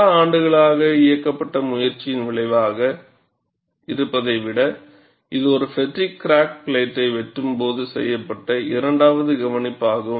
பல ஆண்டுகளாக இயக்கப்பட்ட முயற்சியின் விளைவாக இருப்பதை விட இது ஒரு ஃப்பெட்டிக் கிராக் பிளேட்டை வெட்டும்போது செய்யப்பட்ட இரண்டாவது கவனிப்பு ஆகும்